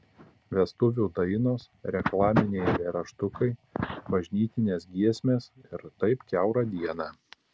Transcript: vestuvių dainos reklaminiai eilėraštukai bažnytinės giesmės ir taip kiaurą dieną